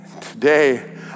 Today